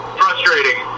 frustrating